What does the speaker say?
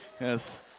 Yes